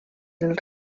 dels